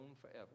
forever